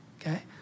okay